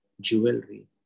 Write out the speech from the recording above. jewelry